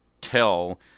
tell –